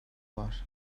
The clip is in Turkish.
var